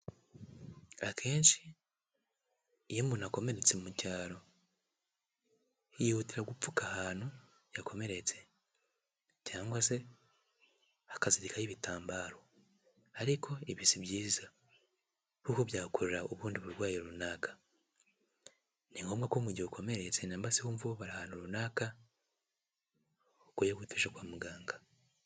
Akenshi, iyo umuntu akomeretse mu cyaro, yihutira gupfuka ahantu yakomeretse cyangwa se akazirikaho ibitambaro, ariko ibi si byiza kuko byakourura ubundi burwayi runaka. Ni ngombwa ko mu gihe ukomeretse namba se wumva ubabara ahantu runaka, ukwiye guhita ujya kwa muganga.